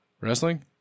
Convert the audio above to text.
Wrestling